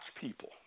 people